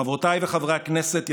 חברותיי וחבריי חברי הכנסת,